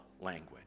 language